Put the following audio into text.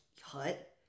hut